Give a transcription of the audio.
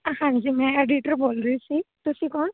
ਹਾਂਜੀ ਮੈਂ ਐਡੀਟਰ ਬੋਲ ਰਹੀ ਸੀ ਤੁਸੀਂ ਕੌਣ